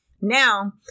Now